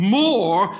more